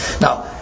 Now